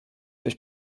durch